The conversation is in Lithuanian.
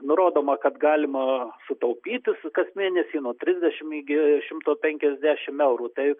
nurodoma kad galima sutaupyti su kas mėnesį nuo trisdešim iki šimto penkiasdešim eurų taip